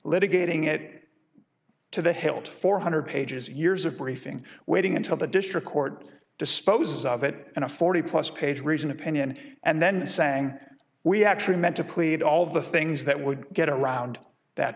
it to the hilt four hundred pages years of briefing waiting until the district court disposes of it and a forty plus page reason opinion and then saying we actually meant to plead all of the things that would get around that